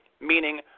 meaning